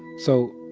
so,